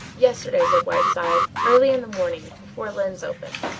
yesterday, said whiteside, early in the morning, before lyne's opened.